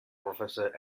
professor